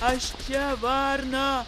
aš čia varna